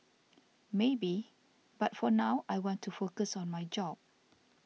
maybe but for now I want to focus on my job